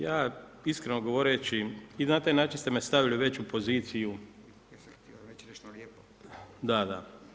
Ja iskreno govoreći, i na taj način ste me stavili već u poziciju, [[Upadica Radin: Ja sam htio reći nešto lijepo.]] Da, da.